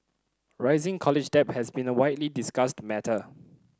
rising college debt has been a widely discussed matter